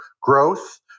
growth